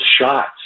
shots